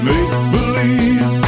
Make-believe